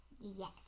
Yes